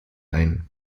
ein